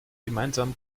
gemeinsam